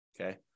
Okay